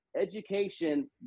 education